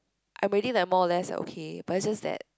I'm already like more or less like okay but it's just that